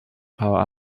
power